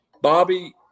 Bobby